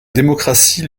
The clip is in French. démocratie